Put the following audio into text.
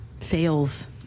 Sales